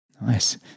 Nice